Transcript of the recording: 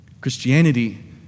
Christianity